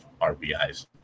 RBIs